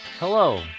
Hello